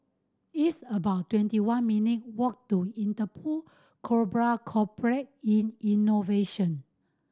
it's about twenty one minute walk to Interpol Global Complex in Innovation